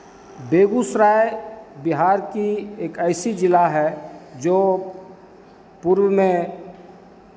बेगूसराय बिहार की एक ऐसी जिला है जो पूर्व में